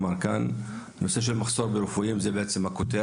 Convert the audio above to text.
הכותרת היא מחסור ברופאים.